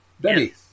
Benny